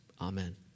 amen